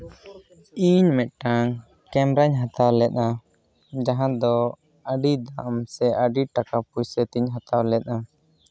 ᱤᱧ ᱢᱤᱫᱴᱟᱱ ᱠᱮᱢᱨᱟᱧ ᱦᱟᱛᱟᱣ ᱞᱮᱜᱼᱟ ᱡᱟᱦᱟᱸ ᱫᱚ ᱟᱹᱰᱤ ᱫᱟᱢ ᱥᱮ ᱟᱹᱰᱤ ᱴᱟᱠᱟ ᱯᱚᱭᱥᱟᱹᱛᱤᱧ ᱦᱟᱛᱟᱣ ᱞᱮᱫᱟ